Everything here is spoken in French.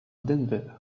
denver